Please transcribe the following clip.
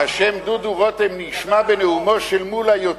השם דודו רותם נשמע בנאומו של מולה יותר